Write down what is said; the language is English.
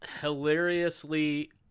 hilariously